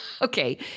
Okay